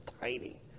tiny